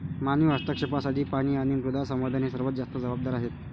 मानवी हस्तक्षेपासाठी पाणी आणि मृदा संवर्धन हे सर्वात जास्त जबाबदार आहेत